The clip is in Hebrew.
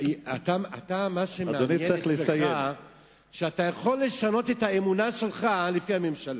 מה שמעניין אצלך שאתה יכול לשנות את האמונה שלך לפי הממשלה.